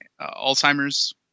Alzheimer's